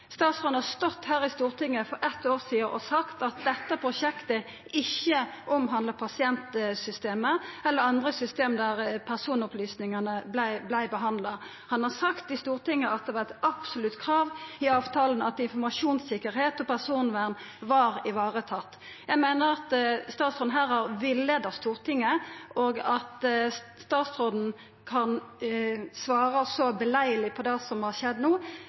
Statsråden stod her i Stortinget for eitt år sidan og sa at dette prosjektet ikkje handlar om pasientsystemet eller andre system der personopplysningar vert behandla. Han sa i Stortinget at det var eit absolutt krav i avtalen at informasjonssikkerheit og personvern var varetatt. Eg meiner at statsråden her har villeia Stortinget, og at statsråden kan svara på denne måten på det som har skjedd no,